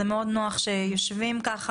זה מאוד נוח שיושבים כאן,